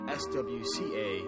swca